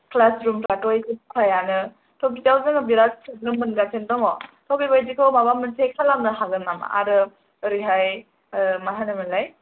क्लासरुमफ्राथ' इसे बारायानो थ' बियाव जोङो बिराद प्रब्लेम मोनगासिनो दङ थ' बेबायदिखौ माबा मोनसे खालामनो हागोन नामा आरो ओरैहाय ओ मा होनोमोनलाय